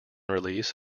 release